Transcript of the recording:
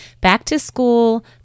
back-to-school